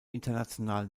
international